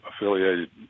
affiliated